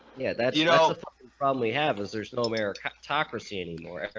yeah, that's you know probably have is there's no meritocracy any